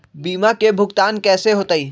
बीमा के भुगतान कैसे होतइ?